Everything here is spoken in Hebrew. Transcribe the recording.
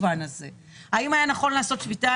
אבל כששאלו אותי אם היה נכון היום לעשות שביתה,